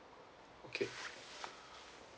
okay